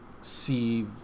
see